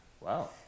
Wow